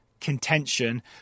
contention